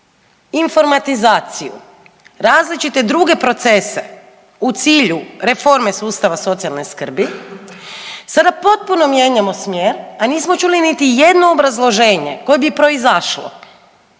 informatizaciju, različite druge procese u cilju reforme sustava socijalne skrbi, sada potpuno mijenjamo smjer, a nismo čuli niti jedno obrazloženje koje bi proizašlo